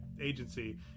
agency